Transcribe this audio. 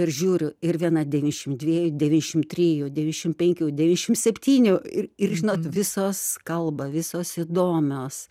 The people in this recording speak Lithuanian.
ir žiūriu ir viena devyniasšim dviejų devyniasšim trijų devyniasšim penkių devyniasšim septynių ir ir žinot visos kalba visos įdomios